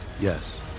Yes